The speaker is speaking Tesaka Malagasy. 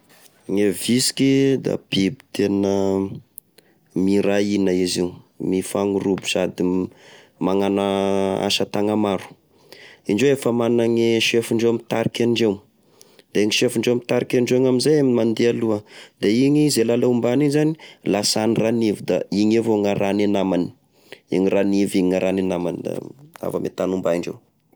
Gne visiky da biby tena miray hina izy io, mifagnorobo sady magnano asa tagna maro, endreo efa magnane sefondreo mitarika andreo, da igny sefondreo mitarika andreo igny anzay no mandeha aloha, da igny zay lala ombany igny zany lasahany ranivy da igny evao gn'arahane namany, iny ranivy iny gn'arahine namany da, avy ame tany omba indreo.